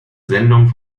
sendung